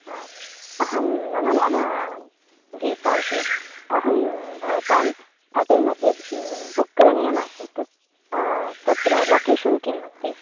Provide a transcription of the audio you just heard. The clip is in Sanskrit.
हा अहं मम नाम गीता इति अहं भवतां होटेल् मध्ये बुक् करणीयम् आसीत् तत्र लोकेशन् किम् अस्ति